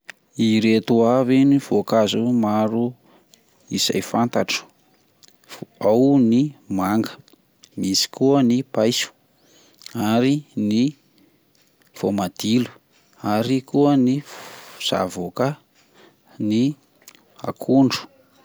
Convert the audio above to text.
Ireto avy ny voankazo maro izay fantatro: ao ny manga ,misy koa ny paiso, ary koa ny vaomadilo, ary koa ny f- zavôka ,ny akondro.